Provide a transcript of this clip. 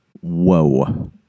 Whoa